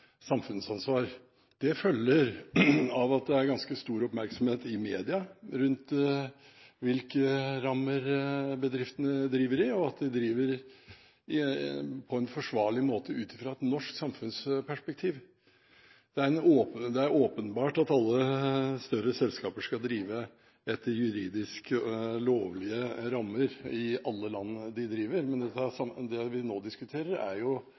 samfunnsansvar. Det følger av at det er ganske stor oppmerksomhet i media rundt hvilke rammer bedriftene driver under, og at de driver på en forsvarlig måte ut fra et norsk samfunnsperspektiv. Det er åpenbart at alle større selskaper skal drive etter juridisk lovlige rammer i alle land de driver, men det vi nå diskuterer, er jo